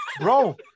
bro